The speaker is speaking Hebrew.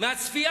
מהצפייה